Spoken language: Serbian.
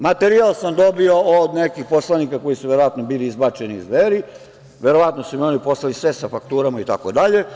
Materijal sam dobio od nekih poslanika koji su verovatno bili izbačeni iz Dveri, verovatno su mi oni poslali sve sa fakturama, itd.